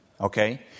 Okay